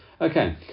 Okay